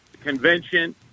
Convention